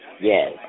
Yes